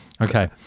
Okay